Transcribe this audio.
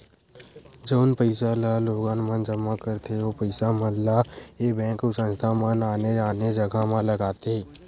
जउन पइसा ल लोगन मन जमा करथे ओ पइसा मन ल ऐ बेंक अउ संस्था मन आने आने जघा म लगाथे